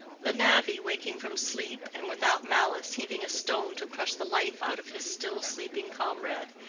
the navvy waking from sleep and without malice heaving a stone to crush the life out of his still sleeping comrade,